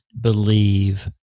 believe